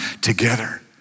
together